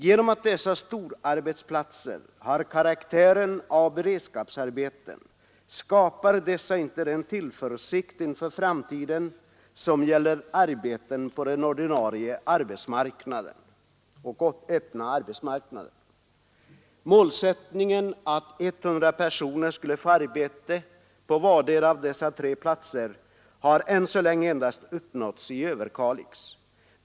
Genom att dessa storarbetsplatser har karaktären av beredskapsarbeten skapar de inte den tillförsikt inför framtiden som arbeten på den ordinarie öppna arbetsmarknaden ger. Målsättningen att 100 personer skulle få arbete på vardera av dessa arbetsplatser har än så länge endast uppnåtts i Överkalix.